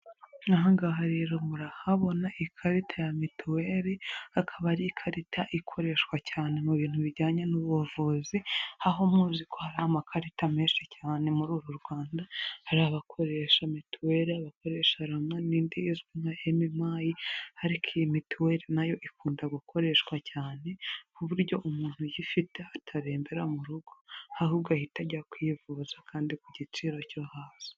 Aha ngaha rero murahabona ikarita ya mituweli, akaba ari ikarita ikoreshwa cyane mu bintu bijyanye n'ubuvuzi ,aho muzi ko hari amakarita menshi cyane muri uru Rwanda hari abakoresha mituweli, abakoresha rama n'indi izwi nka emimayi ariko iyi mituweli nayo ikunda gukoreshwa cyane ku buryo umuntu uyifite atarembera mu rugo, ahubwo ahita ajya kwivuza kandi ku giciro cyo hasi.